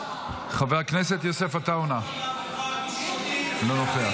חבר הכנסת יוסף עטאונה, לא נוכח.